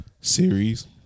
series